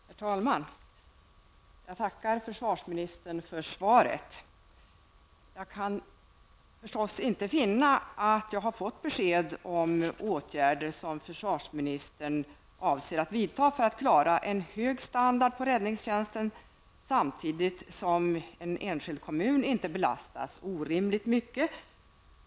Herr talman! Jag tackar försvarsministern för svaret. Jag kan förstås inte finna att jag har fått något besked om åtgärder som försvarsministern avser att vidta för att upprätthålla en hög standard på räddningstjänsten utan att en enskild kommun samtidigt belastas orimligt mycket.